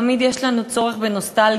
תמיד יש לנו צורך בנוסטלגיה,